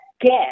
get